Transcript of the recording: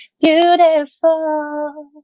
beautiful